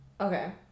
Okay